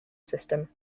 system